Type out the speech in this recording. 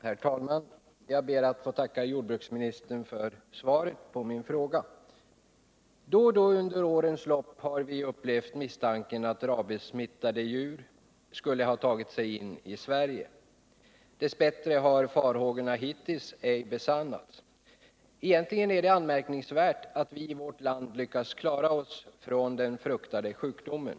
Herr talman! Jag ber att få tacka jordbruksministern för svaret på min fråga. Då och då under årens lopp har vi upplevt misstankar om att rabiessmittade djur skulle ha tagit sig in i Sverige. Dess bättre har farhågorna hittills ej besannats. Egentligen är det anmärkningsvärt att vi i vårt land lyckats klara oss från den fruktade sjukdomen.